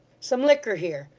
some liquor here!